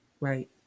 right